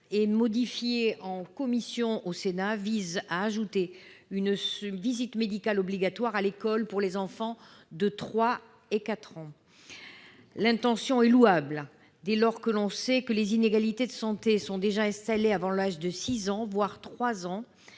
et modifié en commission au Sénat, vise à instaurer une visite médicale obligatoire à l'école pour les enfants de 3 ou 4 ans. L'intention est louable, sachant que les inégalités de santé sont déjà installées avant l'âge de 6 ans, voire dès